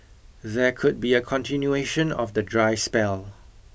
there could be a continuation of the dry spell